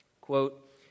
quote